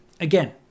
Again